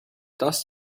das